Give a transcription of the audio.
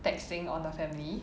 taxing on the family